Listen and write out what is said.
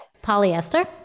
Polyester